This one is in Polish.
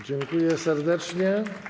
Dziękuję serdecznie.